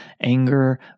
anger